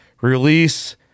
Release